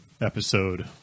episode